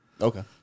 Okay